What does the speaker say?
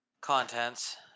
contents